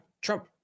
Trump